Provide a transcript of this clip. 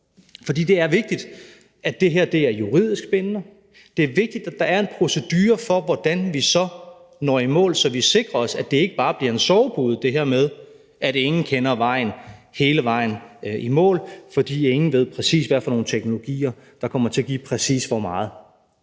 for det er vigtigt, at det her er juridisk bindende; det er vigtigt, at der er en procedure for, hvordan vi så når i mål, så vi sikrer os, at det her med, at ingen kender vejen hele vejen i mål, fordi ingen præcis ved, hvilke teknologier der kommer til at give præcis hvor meget,